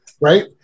right